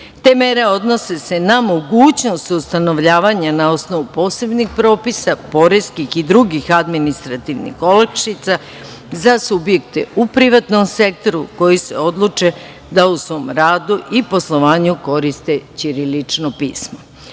Te mere odnose se na mogućnost ustanovljavanja na osnovu posebnih propisa, poreskih i drugih administrativnih olakšica za subjekte u privatnom sektoru koji se odluče da u svom radu i poslovanju koriste ćirilično pismo.